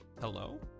hello